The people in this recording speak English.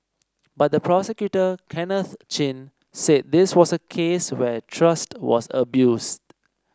but the prosecutor Kenneth Chin said this was a case where trust was abused